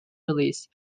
release